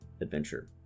adventure